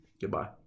Goodbye